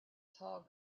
tall